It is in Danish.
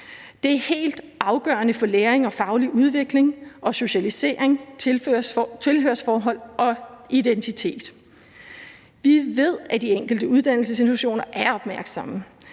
Det er helt afgørende for læring og faglig udvikling og socialisering, tilhørsforhold og identitet. Vi ved, at de enkelte uddannelsesinstitutioner er opmærksomme